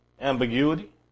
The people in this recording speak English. Ambiguity